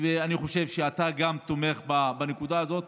ואני חושב שאתה גם תומך בנקודה הזאת,